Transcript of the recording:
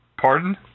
Pardon